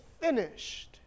finished